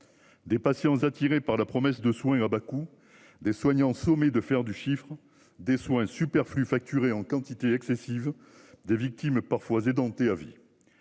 Des patients attirés par la promesse de soins à bas coût des soignants sommé de faire du chiffre des soins superflus facturée en quantité excessive des victimes parfois édenté à vie.